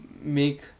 make